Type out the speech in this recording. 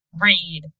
read